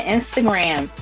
Instagram